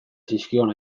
zizkion